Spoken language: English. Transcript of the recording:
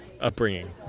upbringing